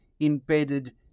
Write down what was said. embedded